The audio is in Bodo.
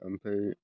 ओमफ्राय